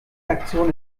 aktion